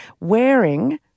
wearing